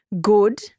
good